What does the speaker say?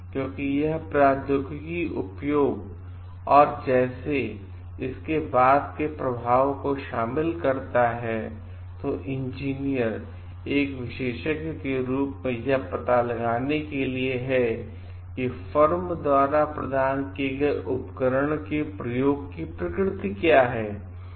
क्योंकि यह प्रौद्योगिकी उपयोग और जैसे इसके बाद के प्रभाव को शामिल करता है तो इंजीनियर एक विशेषज्ञ के रूप में यह पता लगाने के लिए है कि फर्म द्वारा प्रदान किये गए उपकरण के उपयोग की प्रकृति क्या है